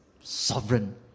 sovereign